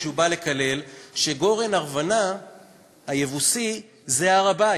שהוא בא לקלל, שגורן ארוונה היבוסי זה הר-הבית.